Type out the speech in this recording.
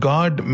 God